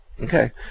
Okay